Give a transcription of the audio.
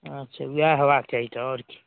अच्छा इएह हेबाक चाही तऽ आओर की